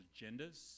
agendas